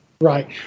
Right